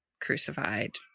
crucified